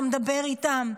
אתה מדבר איתם.